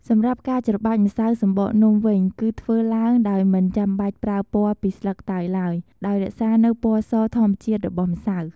សម្រាប់ការច្របាច់ម្សៅសំបកនំវិញ គឺធ្វើឡើងដោយមិនចាំបាច់ប្រើពណ៌ពីស្លឹកតើយឡើយ ដោយរក្សានូវពណ៌សធម្មជាតិរបស់ម្សៅ។